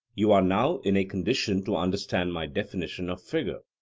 you are now in a condition to understand my definition of figure.